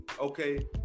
Okay